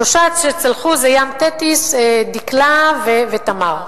שלושה שצלחו זה "ים תטיס", "דקלה" ו"תמר".